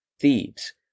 Thebes